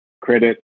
credit